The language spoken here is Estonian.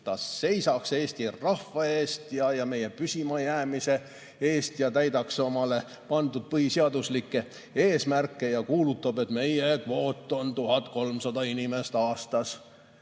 ta seisaks Eesti rahva eest, meie püsimajäämise eest ja täidaks endale pandud põhiseaduslikke eesmärke, ja kuulutab, et meie kvoot on 1300 inimest aastas.